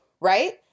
right